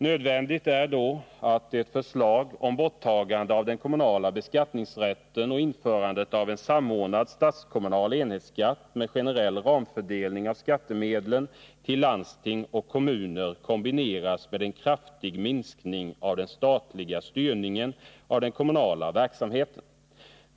Nödvändigt är då att ett förslag om borttagande av den kommunala beskattningsrätten och införande av en samordnad statskommunal enhetsskatt med generell ramfördelning av skattemedlen till landsting och kommuner kombineras med en kraftig minskning av den statliga styrningen av den kommunala verksamheten.